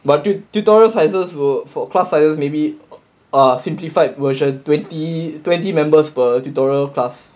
but tu~ tutorials sizes will for class sizes maybe a simplified version twenty twenty members per tutorial class